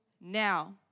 now